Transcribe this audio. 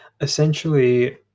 essentially